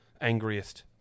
Angriest